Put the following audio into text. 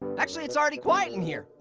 actually it's already quiet in here.